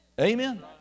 Amen